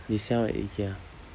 they sell at ikea